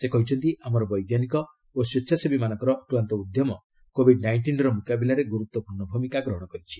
ସେ କହିଛନ୍ତି ଆମର ବୈଜ୍ଞାନିକ ଓ ସ୍ୱେଚ୍ଛାସେବୀମାନଙ୍କର ଅକ୍ଲାନ୍ତ ଉଦ୍ୟମ କୋବିଡ୍ ନାଇଷ୍ଟିନର୍ ମୁକାବିଲାରେ ଗୁରୁତ୍ୱପୂର୍ଣ୍ଣ ଭୂମିକା ଗ୍ରହଣ କରିଛି